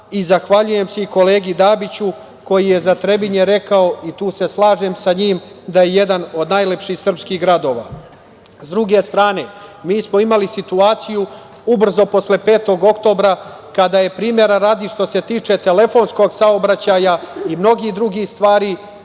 i zahvaljujem se i kolegi Dabiću koji je za Trebinje rekao, i tu se slažem sa njim, da je jedan od najlepših srpskih gradova.S druge strane, mi smo imali situaciju ubrzo posle 5. oktobra kada je primera radi, što se tiče telefonskog saobraćaja i mnogih drugih stvari,